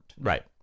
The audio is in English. Right